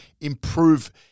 improve